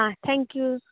હા થેન્કયુ